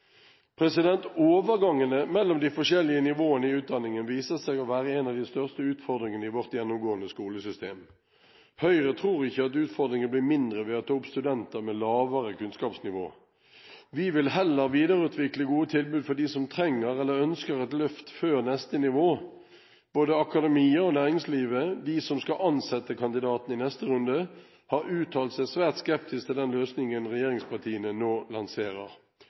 Overgangene mellom de forskjellige nivåene i utdanningen viser seg å være en av de største utfordringene i vårt gjennomgående skolesystem. Høyre tror ikke at utfordringen blir mindre ved å ta opp studenter med lavere kunnskapsnivå. Vi vil heller videreutvikle gode tilbud for dem som trenger eller ønsker et løft før neste nivå. Både akademia og næringslivet, de som skal ansette kandidatene i neste runde, har uttalt seg svært skeptisk til den løsningen regjeringspartiene nå lanserer.